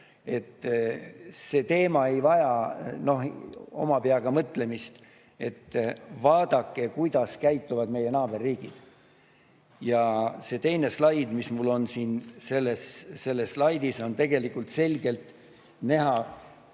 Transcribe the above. et see teema ei vaja oma peaga mõtlemist. Vaadake, kuidas käituvad meie naaberriigid. Ja sellel teisel slaidil, mis mul on siin, on tegelikult selgelt näha,